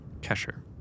Kesher